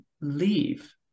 leave